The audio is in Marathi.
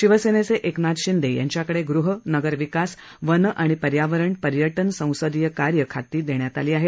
शिवसेनेचे एकनाथ शिंदे यांच्याकडे गुह नगरविकास वन आणि पर्यावरण पर्यटन ससंदीय कार्य खातं देण्यात आलं आहे